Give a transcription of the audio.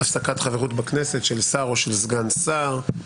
(הפסקת חברות בכנסת של שר או סגן שר).